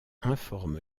informe